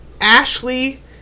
Ashley